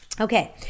Okay